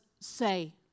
say